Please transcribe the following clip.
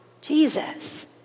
Jesus